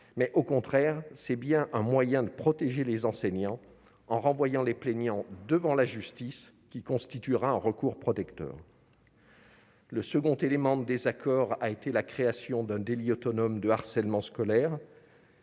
Au contraire, c'est bien un moyen de protéger les enseignants que de renvoyer les plaignants devant la justice, qui constituera un recours protecteur. Le second élément de désaccord a été la création d'un délit autonome de harcèlement scolaire.